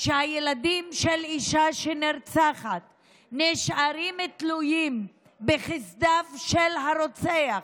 שהילדים של אישה שנרצחת נשארים תלויים בחסדיו של הרוצח.